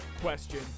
question